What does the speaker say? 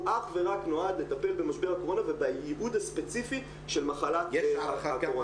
הוא אך ורק נועד לטפל בנושא הקורונה ובייעוד הספציפי של מחלת הקורונה.